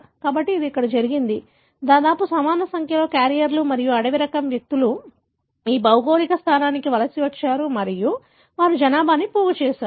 కాబట్టి ఇది ఇక్కడ జరిగింది దాదాపు సమాన సంఖ్యలో క్యారియర్లు మరియు అడవి రకం వ్యక్తులు ఈ భౌగోళిక స్థానానికి వలస వచ్చారు మరియు వారు జనాభాను పోగుచేశారు